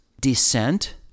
descent